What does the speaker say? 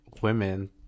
women